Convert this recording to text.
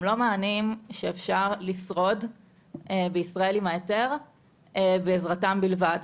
הם לא מענים שאפשר לשרוד בישראל עם ההיתר בעזרתם בלבד.